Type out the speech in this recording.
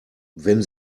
wenn